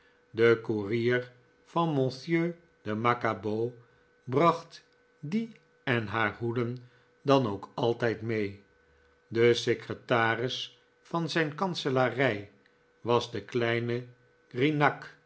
de koerier van m de macabau bracht die en haar hoeden dan ook altijd mee de secretaris van zijn kanselarij was de kleine